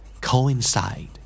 Coincide